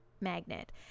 magnet